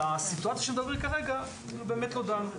על הסיטואציה שמדברים כרגע באמת לא דנו.